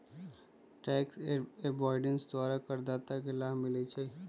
tax avoidance द्वारा करदाता के लाभ मिलइ छै